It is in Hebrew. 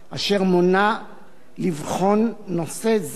אשר מונה לבחון נושא זה.